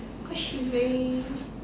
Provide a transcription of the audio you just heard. cause she very